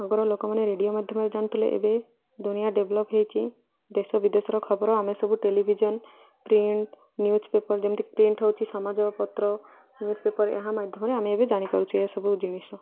ଆଗରୁ ଲୋକମାନେ ରେଡ଼ିଓ ମାଧ୍ୟମରେ ଜାଣିଥିଲେ ଏବେ ଦୁନିଆ ଡେଭଲପ୍ ହେଇଛି ଦେଶ ବିଦେଶର ଖବର ଆମେ ସବୁ ଟେଲିଭିଜନ୍ ପ୍ରିଣ୍ଟ ନ୍ୟୁଜ୍ ପେପର ଯେମିତି ପ୍ରିଣ୍ଟ ହେଉଛି ସମାଜପତ୍ର ନ୍ୟୁଜ୍ ପେପର ଏହା ମାଧ୍ୟମରେ ଆମେ ଏବେ ଜାଣିପାରୁଛୁ ଏସବୁ ଜିନିଷ